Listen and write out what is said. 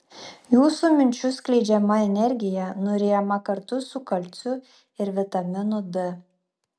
jūsų minčių skleidžiama energija nuryjama kartu su kalciu ir vitaminu d